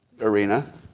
arena